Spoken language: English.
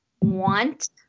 want